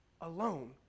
alone